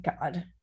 God